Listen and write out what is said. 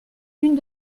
une